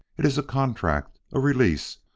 it is a contract a release,